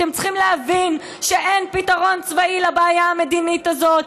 אתם צריכים להבין שאין פתרון צבאי לבעיה המדינית הזאת,